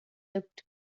looked